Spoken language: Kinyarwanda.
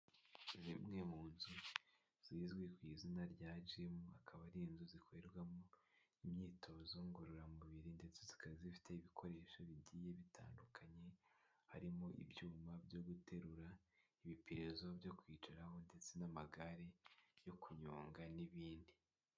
Ni imwe mu nzu zizwi ku izina rya jimu akaba ari inzu zikorerwamo imyitozo ngororamubiri ndetse zikaba zifite ibikoresho bigiye bitandukanye, harimo ibyuma byo guterura, ibipirizo byo kwicaraho ndetse n'amagare yo kunyonga n'ibindi.